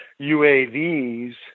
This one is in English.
UAVs